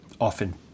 often